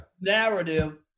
narrative